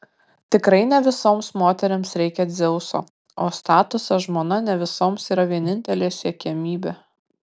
tikrai ne visoms moterims reikia dzeuso o statusas žmona ne visoms yra vienintelė siekiamybė